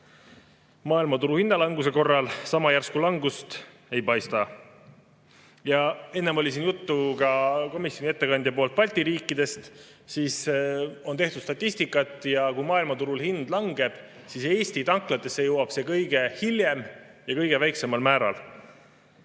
Maailmaturuhinna languse korral sama järsku langust ei paista. Enne oli siin juttu ka komisjoni ettekandja kõnes Balti riikidest. On tehtud statistikat. Kui maailmaturul hind langeb, siis Eesti tanklatesse jõuab see kõige hiljem ja kõige väiksemal määral.